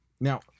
Now